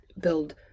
build